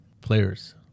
players